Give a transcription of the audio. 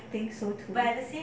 think so too